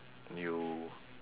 you